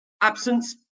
absence